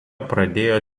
pradėjo